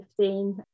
2015